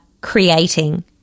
creating